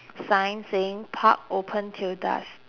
sign saying park open till dusk